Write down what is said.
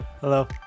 Hello